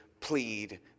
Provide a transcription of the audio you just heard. plead